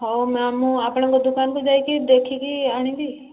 ହଉ ମ୍ୟାମ୍ ମୁଁ ଆପଣଙ୍କ ଦୋକାନକୁ ଯାଇକି ଦେଖିକି ଆଣିବି